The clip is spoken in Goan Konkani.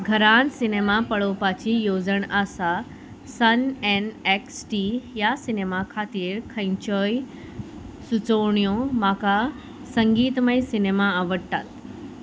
घरांत सिनेमा पळोवपाची येवजण आसा सन एण्ड एक्स टी ह्या सिनेमा खातीर खंयच्योय सुचोवण्यो म्हाका संगीतमय सिनेमा आवडटात